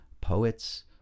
poets